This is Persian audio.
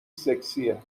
سکسیه